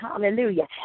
Hallelujah